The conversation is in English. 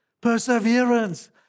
perseverance